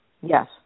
Yes